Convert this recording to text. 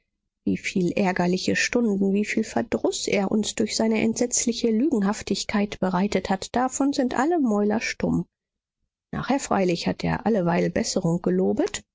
wieviel ärgerliche stunden wieviel verdruß er uns durch seine entsetzliche lügenhaftigkeit bereitet hat davon sind alle mäuler stumm nachher freilich hat er alleweil besserung gelobet